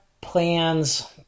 plans